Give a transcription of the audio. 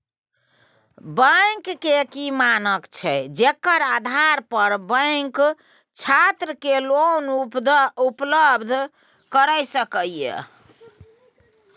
Bank के की मानक छै जेकर आधार पर बैंक छात्र के लोन उपलब्ध करय सके ये?